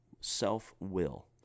self-will